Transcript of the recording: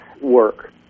work